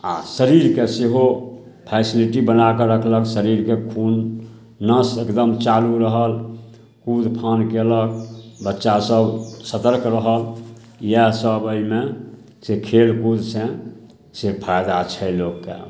आओर शरीरके सेहो फैसिलिटी बनाके रखलक शरीरके खून नस एकदम चालू रहल कूदफान कएलक बच्चासभ सतर्क रहल इएहसब एहिमे से खेलकूद से फायदा छै लोककेँ